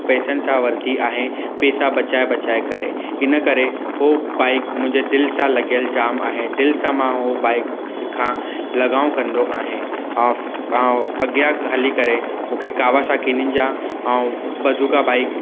पैसनि खां वरिती आहे पैसा बचाए बचाए करे हिन करे उहो बाइक मुंहिंजे दिलि सां लॻियल जाम आहे दिलि सां मां उहो बाइक सिखा लॻाऊं कंदो आहे ऑफ ऐं अॻियां हली करे मूंखे कावासाकी निंजा ऐं बज़ूका बाइक